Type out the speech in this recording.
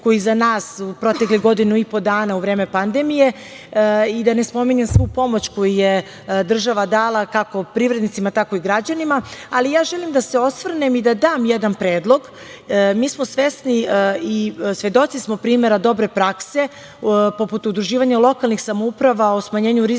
koji je iza nas, u proteklih godinu i po dana u vreme pandemije, i da ne spominjem svu pomoć koju je država dala kako privrednicima tako i građanima. Želim da se osvrnem i da dam jedan predlog, mi smo svesni i svedoci smo primera dobre prakse, poput udruživanja lokalnih samouprava o smanjenju rizika o